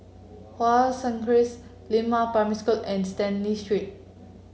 Hua Crescent Lianhua Primary School and Stanley Street